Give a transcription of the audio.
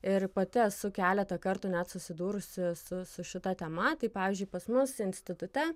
ir pati esu keletą kartų net susidūrusi su su šita tema tai pavyzdžiui pas mus institute